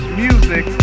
music